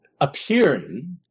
appearing